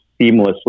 seamlessly